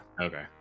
okay